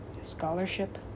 Scholarship